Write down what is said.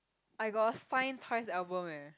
I got a fine twice album eh